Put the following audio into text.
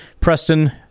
Preston